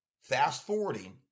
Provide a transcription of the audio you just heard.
Fast-forwarding